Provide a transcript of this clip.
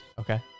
Okay